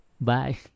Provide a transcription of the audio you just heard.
bye